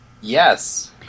Yes